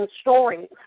stories